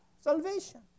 Salvation